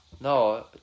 No